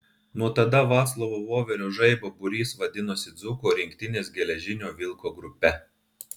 nuo tada vaclovo voverio žaibo būrys vadinosi dzūkų rinktinės geležinio vilko grupe